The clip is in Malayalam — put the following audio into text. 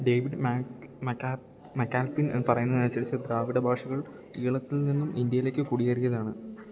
ഡേവിഡ് മക്കാൽപിൻ പറയുന്നതനുസരിച്ച് ദ്രാവിഡ ഭാഷകൾ കേരളത്തില് നിന്നും ഇന്ത്യയിലേക്ക് കുടിയേറിയതാണ്